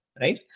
right